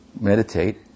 meditate